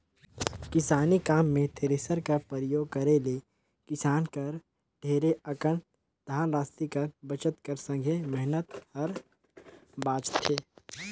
किसानी काम मे थेरेसर कर परियोग करे ले किसान कर ढेरे अकन धन रासि कर बचत कर संघे मेहनत हर बाचथे